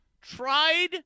tried